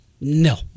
No